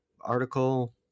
article